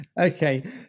okay